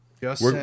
Yes